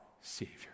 Savior